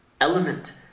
element